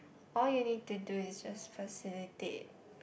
all you need to do is just facilitate